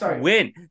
win